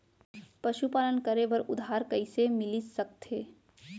पशुपालन करे बर उधार कइसे मिलिस सकथे?